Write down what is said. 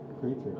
creature